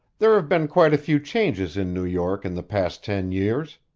there have been quite a few changes in new york in the past ten years.